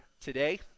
today